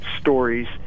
stories